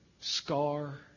scar